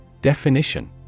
Definition